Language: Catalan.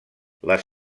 les